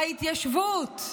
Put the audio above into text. להתיישבות,